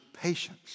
patience